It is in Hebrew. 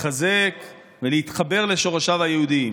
לחזק ולהתחבר לשורשיו היהודיים.